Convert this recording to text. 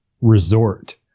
resort